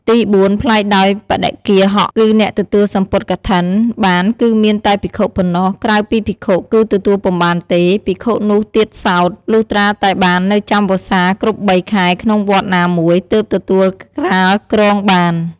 ទីបួន ប្លែកដោយបដិគ្គាហក គឺអ្នកទទួលសំពត់កឋិនបានគឺមានតែភិក្ខុប៉ុណ្ណោះ ក្រៅពីភិក្ខុគឺទទួលពុំបានទេ ភិក្ខុនោះទៀតសោត លុះត្រាតែបាននៅចាំវស្សាគ្រប់៣ខែក្នុងវត្តណាមួយ ទើបទទួលក្រាលគ្រងបាន។